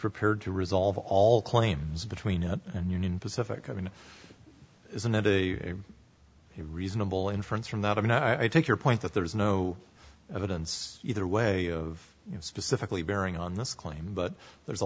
prepared to resolve all claims between it and union pacific i mean isn't it a reasonable inference from that i mean i take your point that there is no evidence either way of you know specifically bearing on this claim but there's a